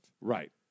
Right